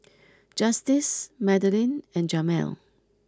Justice Madilyn and Jamel